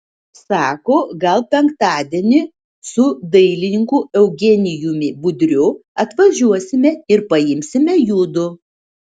sako gal penktadienį su dailininku eugenijumi budriu atvažiuosime ir paimsime judu